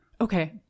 okay